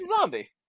Zombie